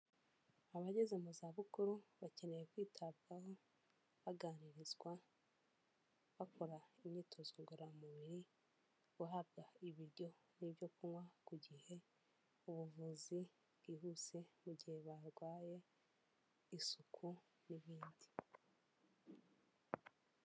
Abageze mu zabukuru bakeneye kwitabwaho, baganirizwa, bakora imyitozo ngororamubiri, guhabwa ibiryo n'ibyo kunywa ku gihe, ubuvuzi bwihuse mu gihe barwaye, isuku n'ibindi.